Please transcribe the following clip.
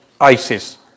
ISIS